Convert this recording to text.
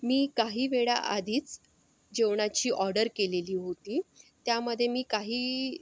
मी काही वेळाआधीच जेवणाची ऑडर केलेली होती त्यामध्ये मी काही